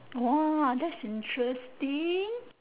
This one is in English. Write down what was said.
!wah! that's interesting